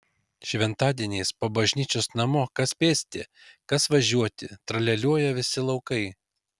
šventadieniais po bažnyčios namo kas pėsti kas važiuoti tralialiuoja visi laukai